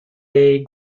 jej